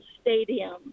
stadium